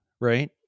right